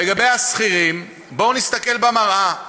לגבי השכירים, בואו נסתכל במראה.